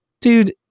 Dude